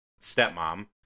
stepmom